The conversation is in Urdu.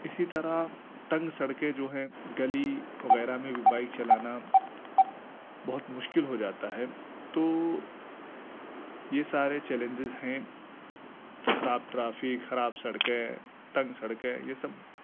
اسی طرح تنگ سڑکیں جو ہیں گلی وغیرہ میں بھی بائیک چلانا بہت مشکل ہو جاتا ہے تو یہ سارے چیلنجیز ہیں خراب ٹرافی خراب سڑکیں تنگ سڑکیں یہ سب